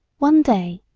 one day,